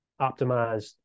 optimized